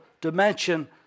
dimension